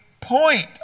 point